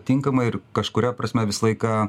tinkamai ir kažkuria prasme visą laiką